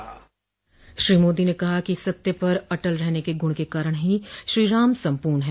श्री मोदी ने कहा कि सत्य पर अटल रहने के गुण के कारण ही श्रीराम सम्पूर्ण हैं